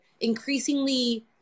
increasingly